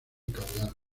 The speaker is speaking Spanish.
caudal